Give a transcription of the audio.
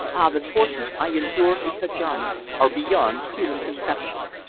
ah! the tortures i endured in kajana are beyond human conception.